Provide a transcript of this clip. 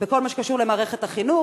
בכל מה שקשור למערכת החינוך.